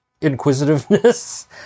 inquisitiveness